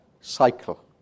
cycle